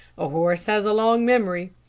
a horse has a long memory.